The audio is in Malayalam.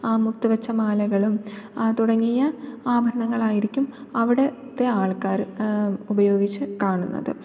മുത്തുവച്ച മാലകളും തുടങ്ങിയ ആഭരണങ്ങളായിരിക്കും അവിടെത്തെ ആൾക്കാര് ഉപയോഗിച്ച് കാണുന്നത്